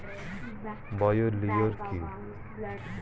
Bio lure কি?